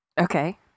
Okay